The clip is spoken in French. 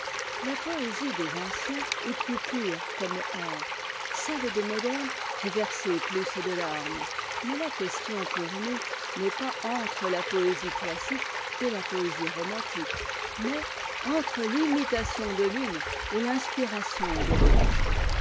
la poésie des anciens est plus pure comme art celle des modernes fait verser plus de larmes mais la question pour nous n'est pas entre la poésie classique et la poésie romantique mais entre l'imitation de l'une et l'inspiration de l'autre